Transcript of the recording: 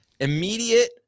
immediate